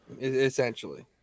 essentially